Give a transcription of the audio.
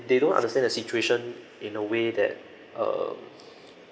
they don't understand the situation in a way that um